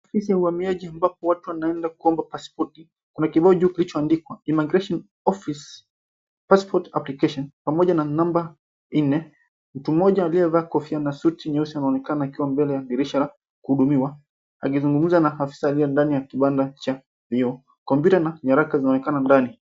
Ofisi ya uhamiaji ambapo watu wanaenda kuomba paspoti. Kuna kibao juu kilichoandikwa, Immigration Office Passport Application, pamoja na namba nne. Mtu mmoja aliyevaa suti anaonekana akiwa mbele ya dirisha kuhudumiwa akizungumza na afisa aliye ndani ya kibanda cha vioo. Kompyuta na nyaraka zinaonekana ndani.